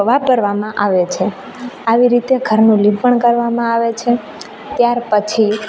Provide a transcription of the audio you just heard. વાપરવામાં આવે છે આવી રીતે ઘરનું લીંપણ કરવામાં આવે છે ત્યાર પછી